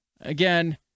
again